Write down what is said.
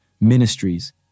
ministries